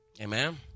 Amen